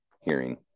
hearing